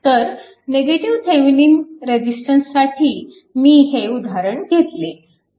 तर negative Thevenin रेजिस्टन्ससाठी मी हे उदाहरण घेतले